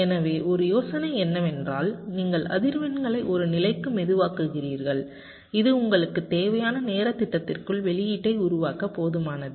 எனவே ஒரு யோசனை என்னவென்றால் நீங்கள் அதிர்வெண்களை ஒரு நிலைக்கு மெதுவாக்குகிறீர்கள் இது உங்களுக்கு தேவையான நேர திட்டத்திற்குள் வெளியீட்டை உருவாக்க போதுமானது